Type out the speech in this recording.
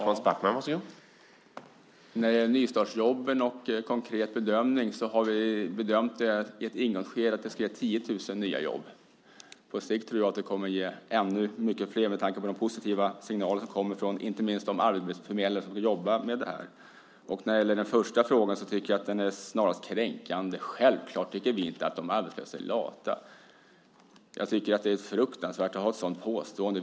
Herr talman! När det gäller nystartsjobben och en konkret bedömning har vi bedömt att detta i ett ingångsskede ska ge 10 000 nya jobb. På sikt tror jag att det kommer att ge många flera med tanke på de positiva signaler som kommer från inte minst de arbetsförmedlare som ska jobba med det här. Den första frågan tycker jag snarast är kränkande. Självklart tycker vi inte att de arbetslösa är lata. Jag tycker att det är fruktansvärt att göra ett sådant påstående.